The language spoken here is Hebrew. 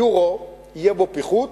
היורו, יהיה בו פיחות.